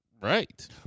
Right